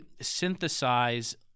synthesize